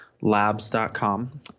labs.com